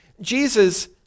Jesus